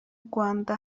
rwanda